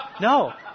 No